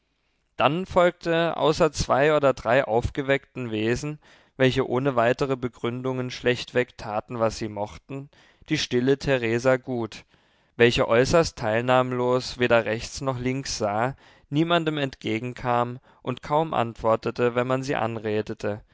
dann folgte außer zwei oder drei aufgeweckten wesen welche ohne weitere begründungen schlechtweg taten was sie mochten die stille theresa gut welche äußerst teilnahmlos weder rechts noch links sah niemandem entgegenkam und kaum antwortete wenn man sie anredete